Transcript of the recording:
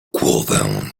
głowę